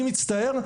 אני מצטער,